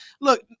Look